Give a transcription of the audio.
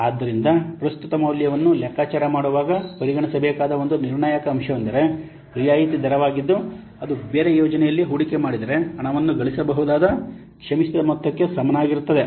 ಆದ್ದರಿಂದ ಪ್ರಸ್ತುತ ಮೌಲ್ಯವನ್ನು ಲೆಕ್ಕಾಚಾರ ಮಾಡುವಾಗ ಪರಿಗಣಿಸಬೇಕಾದ ಒಂದು ನಿರ್ಣಾಯಕ ಅಂಶವೆಂದರೆ ರಿಯಾಯಿತಿ ದರವಾಗಿದ್ದು ಅದು ಬೇರೆ ಯೋಜನೆಯಲ್ಲಿ ಹೂಡಿಕೆ ಮಾಡಿದರೆ ಹಣವನ್ನು ಗಳಿಸಬಹುದಾದ ಕ್ಷಮಿಸಿದ ಮೊತ್ತಕ್ಕೆ ಸಮನಾಗಿರುತ್ತದೆ